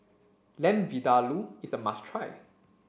Lamb Vindaloo is a must try